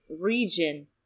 region